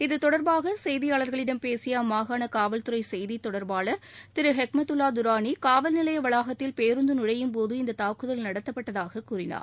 இத்தொடர்பாக செய்தியாளர்களிடம் பேசிய அம்மாகாண காவல்துறை செய்தி தொடர்பாளர் திரு ஹெக்மத்துல்லா தரானி காவல்நிலைய வளாகத்தில் பேருந்து நுழையும் போது இந்த தாக்குதல் நடத்தப்பட்டதாக கூறினார்